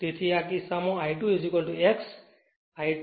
તેથી આ કિસ્સામાં I2 x I2 fl